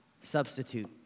substitute